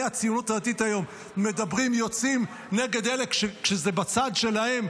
הציונות הדתית היום יוצאים נגד אלה כשזה בצד שלהם,